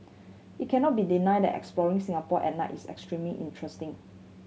it cannot be denied that exploring Singapore at night is extremely interesting